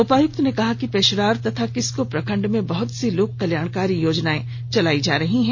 उपायुक्त ने कहा कि पेशरार तथा किस्को प्रखण्ड में बहुत सी लोक कल्याणकारी योजनाएं चल रही हैं